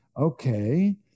okay